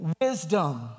wisdom